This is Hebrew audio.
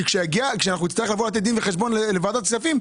כי כאשר נצטרך לבוא לתת דין וחשבון לוועדת הכספים,